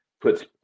puts